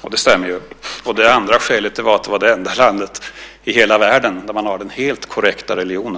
Och det stämmer ju. Och det andra skälet var att det var det enda landet i hela världen där man har den helt korrekta religionen.